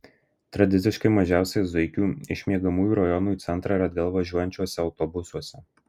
tradiciškai mažiausia zuikių iš miegamųjų rajonų į centrą ir atgal važiuojančiuose autobusuose